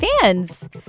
fans